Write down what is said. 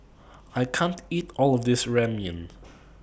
I can't eat All of This Ramyeon